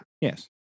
yes